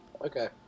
Okay